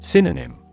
Synonym